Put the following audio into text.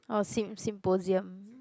oh sym~ symposium